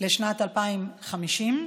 לשנת 2050,